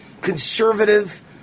conservative